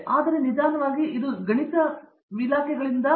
ಆದ್ದರಿಂದ ನಿಧಾನವಾಗಿ ಇದು ಗಣಿತ ಇಲಾಖೆಗಳಿಂದ ಸಾಯುತ್ತಿದೆ